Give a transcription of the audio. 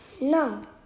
No